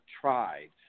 tried